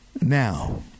Now